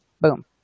Boom